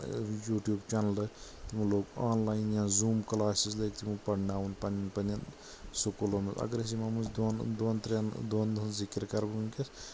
YouTube چنلہٕ تِمو لوگۍ آن لاین یا زوٗم کلٲسِز لٲگۍ تِمو پرناوٕنۍ پنِین پنِین سُکوٗلَن منٛز اگرٲسۍ یمو منٛز دۄن ترٛیٚن دۄن ہنٛز ذکر کرو وُنکٮ۪س